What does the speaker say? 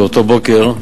באותו בוקר,